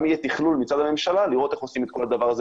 יהיה תכלול מצד הממשלה לראות איך עושים את כל הדבר הזה